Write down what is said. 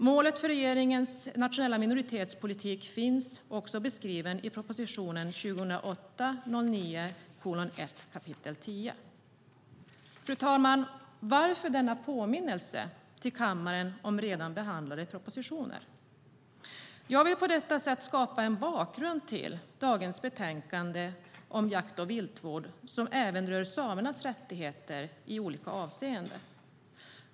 Målet för regeringens nationella minoritetspolitik finns också beskrivet i proposition 2008/09:1 kap. 10. Fru talman! Varför denna påminnelse till kammaren om redan behandlade propositioner? Jag vill på detta sätt skapa en bakgrund till dagens betänkande om jakt och viltvård som även rör samernas rättigheter i olika avseenden.